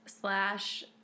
slash